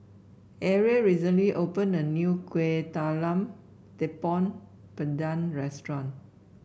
Arie recently opened a new Kueh Talam Tepong Pandan Restaurant